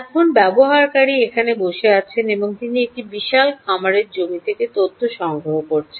এখন ব্যবহারকারী এখানে বসে আছেন এবং তিনি একটি বিশাল খামার জমি থেকে তথ্য সংগ্রহ করছেন